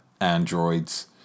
androids